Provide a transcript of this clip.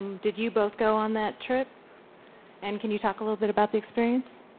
did you both go on that trip and can you talk a little bit about the experience?